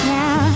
now